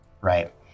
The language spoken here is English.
right